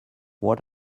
what